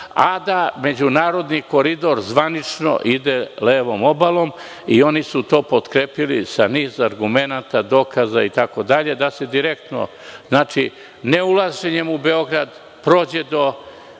a da međunarodni koridor zvanično ide levom obalom. Oni su to potkrepili sa niz argumenata, dokaza itd, da se direktno, ne ulaženjem u Beograd, prođe do